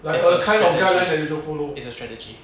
it's a strategy it's a strategy